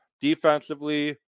Defensively